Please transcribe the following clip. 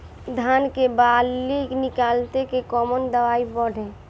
धान के बाली निकलते के कवन दवाई पढ़े?